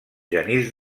genís